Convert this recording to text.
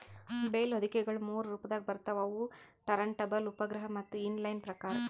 bale ಹೊದಿಕೆಗೊಳ ಮೂರು ರೊಪದಾಗ್ ಬರ್ತವ್ ಅವು ಟರಂಟಬಲ್, ಉಪಗ್ರಹ ಮತ್ತ ಇನ್ ಲೈನ್ ಪ್ರಕಾರ್